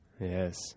yes